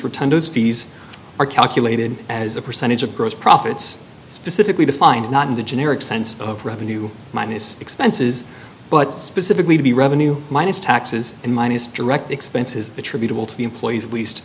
fees are calculated as a percentage of gross profits specifically defined not in the generic sense of revenue minus expenses but specifically to be revenue minus taxes and minus direct expenses attributable to the employees at least